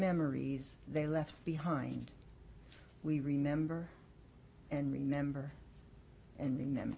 memories they left behind we remember and remember end